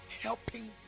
helping